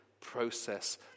process